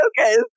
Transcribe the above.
Okay